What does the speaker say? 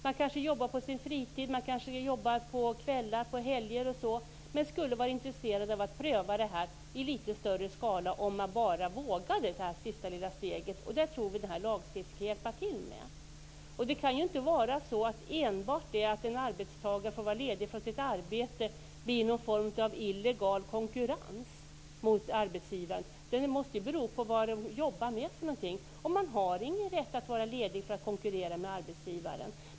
Man kanske jobbar på sin fritid, kanske på kvällar och helger, men man skulle vara intresserad av att pröva det här i litet större skala om man bara vågade ta det sista steget. Vi tror att den här lagstiftningen kan hjälpa till med det. Det kan inte vara så att enbart detta att en arbetstagare får vara ledig från sitt arbete blir någon form av illojal konkurrens mot arbetsgivaren, utan det måste bero på vad man jobbar med. Man har ingen rätt att vara ledig för att konkurrera med arbetsgivaren.